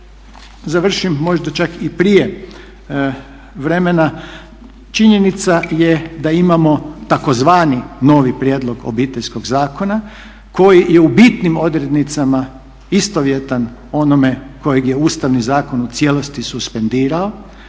završim možda čak i prije vremena. Činjenica je da imamo tzv. novi prijedlog Obiteljskog zakona koji je u bitnim odrednicama istovjetan onome kojeg je Ustavni zakon u cijelosti suspendirao.